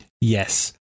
Yes